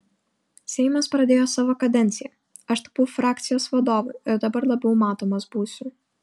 seimas pradėjo savo kadenciją aš tapau frakcijos vadovu ir dabar labiau matomas būsiu